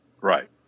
Right